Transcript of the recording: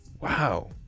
Wow